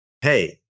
hey